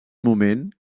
moment